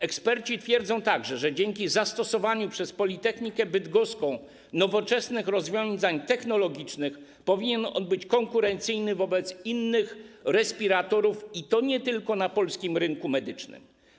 Eksperci twierdzą także, że dzięki zastosowaniu przez Politechnikę Bydgoską nowoczesnych rozwiązań technologicznych powinien on być konkurencyjny wobec innych respiratorów, i to nie tylko na polskim rynku medycznym.